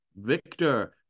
Victor